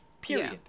period